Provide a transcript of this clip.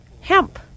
hemp